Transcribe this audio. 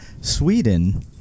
Sweden